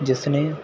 ਜਿਸ ਨੇ